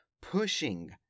pushing